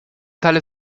tale